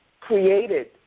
created